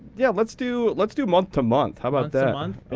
yeah, let's do let's do month-to-month. how about that?